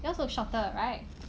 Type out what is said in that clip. yours look shorter right